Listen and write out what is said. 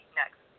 next